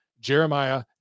Jeremiah